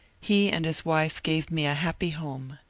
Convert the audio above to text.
he and his wife gave me a happy home.